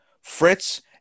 Fritz